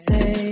Say